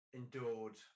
endured